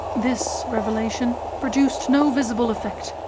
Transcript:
this revelation produced no visible effect,